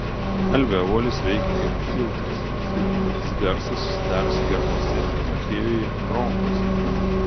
alveolės veikia kaip filtras silpninantis garsą susidariusį gerklose trachėjoje bronchuose